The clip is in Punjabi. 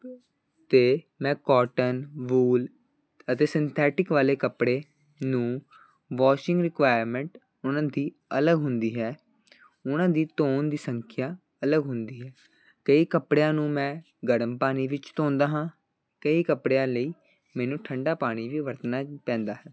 ਅਤੇ ਮੈਂ ਕੋਟਨ ਵੂਲ ਅਤੇ ਸਿੰਥੈਟਿਕ ਵਾਲੇ ਕੱਪੜੇ ਨੂੰ ਵਾਸ਼ਿੰਗ ਰਿਕੁਾਇਰਮੈਂਟ ਉਹਨਾਂ ਦੀ ਅਲੱਗ ਹੁੰਦੀ ਹੈ ਉਹਨਾਂ ਦੀ ਧੋਣ ਦੀ ਸੰਖਿਆ ਅਲੱਗ ਹੁੰਦੀ ਹੈ ਕਈ ਕੱਪੜਿਆਂ ਨੂੰ ਮੈਂ ਗਰਮ ਪਾਣੀ ਵਿੱਚ ਵਿੱਚ ਧੋਂਦਾ ਹਾਂ ਕਈ ਕੱਪੜਿਆਂ ਲਈ ਮੈਨੂੰ ਠੰਡਾ ਪਾਣੀ ਵੀ ਵਰਤਣਾ ਪੈਂਦਾ ਹੈ